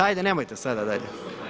Ajde nemojte sada, dajte.